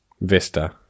vista